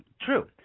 true